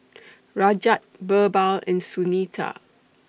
Rajat Birbal and Sunita